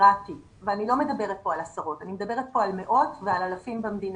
פיראטי ואני לא מדברת כאן על עשרות אלא על מאות ועל אלפים במדינה.